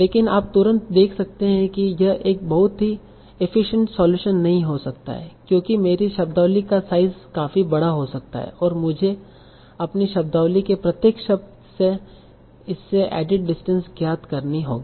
लेकिन आप तुरंत देख सकते हैं कि यह एक बहुत ही एफिसियंट सोल्यूसन नहीं हो सकता है क्योंकि मेरी शब्दावली का साइज़ काफी बड़ा हो सकता है और मुझे अपनी शब्दावली के प्रत्येक शब्द से इससे एडिट डिस्टेंस ज्ञात करनी होगी